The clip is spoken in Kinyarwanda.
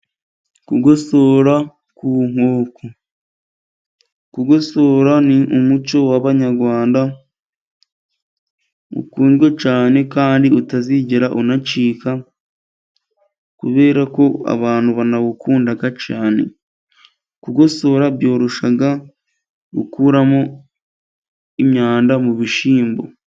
Kugosora ku nkoko, kugosora ni umuco w'abanyarwanda ukundwa cyane kandi utazigera ucika kubera ko abantu bawukunda cyane. Kugosora byorosha gukuramo imyanda mu b'ishyimbo.